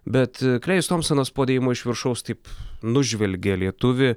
bet klėjus tompsonas po dėjimo iš viršaus taip nužvelgė lietuvį